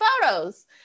photos